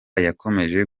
yakomeje